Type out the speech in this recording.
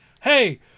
hey